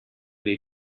dei